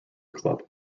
club